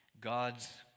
God's